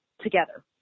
together